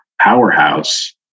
powerhouse